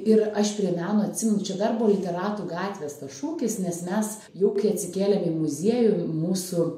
ir aš prie meno atsimenu čia dar buvo literatų gatvės tas šūkis nes mes jau kai atsikėlėm į muziejų į mūsų